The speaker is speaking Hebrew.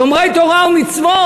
שומרי תורה ומצוות,